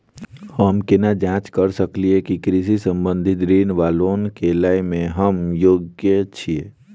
हम केना जाँच करऽ सकलिये की कृषि संबंधी ऋण वा लोन लय केँ हम योग्य छीयै?